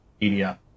media